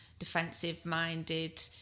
defensive-minded